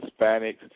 Hispanics